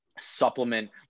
supplement